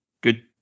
Good